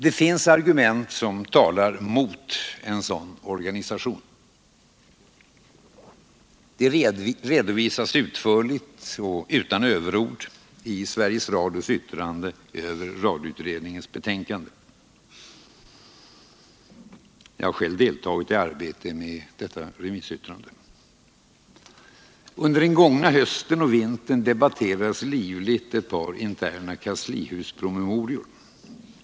Det finns argument som talar mot en sådan organisation. De redovisas utförligt och utan överord i Sveriges Radios yttrande över radioutredningens betänkande. Jag har själv deltagit i arbetet med detta remissyttrande. Under den gångna hösten och vintern debatterades livligt ett par interna kanslihuspromemorior.